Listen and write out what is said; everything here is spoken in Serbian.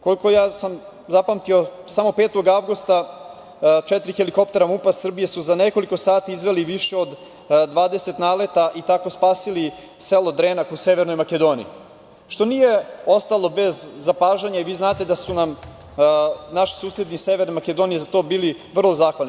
Koliko sam zapamtio, samo 5. avgusta četiri helikoptera MUP-a Srbije su za nekoliko sati izveli više od 20 naleta i tako spasili selo Drena u Severnoj Makedoniji, što nije ostalo bez zapažanja i vi znate da su nam naši susedi iz Severne Makedonije za to bili vrlo zahvalni.